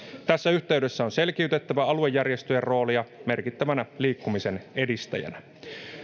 tässä yhteydessä on selkiytettävä aluejärjestöjen roolia merkittävänä liikkumisen edistäjänä